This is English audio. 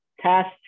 test